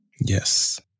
Yes